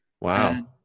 Wow